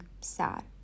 sad